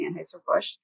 Anheuser-Busch